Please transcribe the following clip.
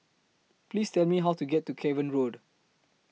Please Tell Me How to get to Cavan Road